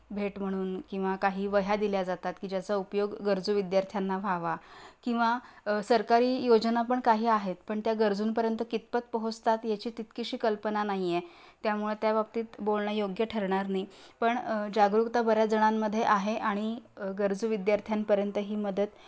भेट म्हणून किंवा काही वह्या दिल्या जातात की ज्याचा उपयोग गरजू विद्यार्थ्यांना व्हावा किंवा सरकारी योजना पण काही आहेत पण त्या गरजूंपर्यंत कितपत पोहोचतात याची तितकीशी कल्पना नाही आहे त्यामुळे त्या बाबतीत बोलणं योग्य ठरणार नाही पण जागरूकता बऱ्याच जणांमध्ये आहे आणि गरजू विद्यार्थ्यांपर्यंत ही मदत